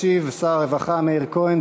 ישיב שר הרווחה מאיר כהן.